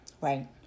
Right